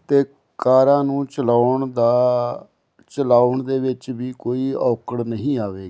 ਅਤੇ ਕਾਰਾਂ ਨੂੰ ਚਲਾਉਣ ਦਾ ਚਲਾਉਣ ਦੇ ਵਿੱਚ ਵੀ ਕੋਈ ਔਕੜ ਨਹੀਂ ਆਵੇਗੀ